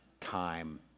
time